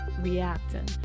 reacting